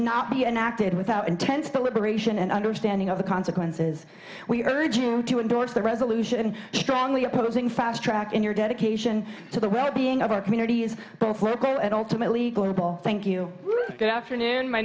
not be enacted without intense the liberation and understanding of the consequences we urge you to endorse the resolution strongly opposing fast track in your dedication to the well being of our communities both local and ultimately global thank you good afternoon my